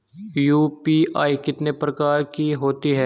UPI कितने प्रकार की होती हैं?